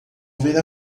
ver